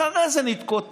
אחרי זה נתקוטט,